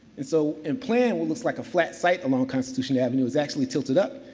and so, in plan will look like a flat site along constitution avenue is actually tilted up.